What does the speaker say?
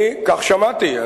כך שמעתי.